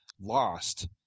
Lost